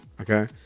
okay